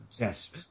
Yes